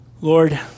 Lord